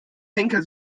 henker